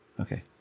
Okay